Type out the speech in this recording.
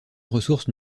ressource